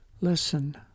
Listen